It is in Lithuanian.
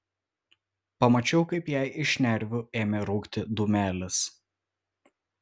pamačiau kaip jai iš šnervių ėmė rūkti dūmelis